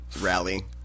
rally